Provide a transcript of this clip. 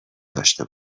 داشته